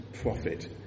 prophet